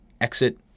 exit